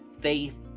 faith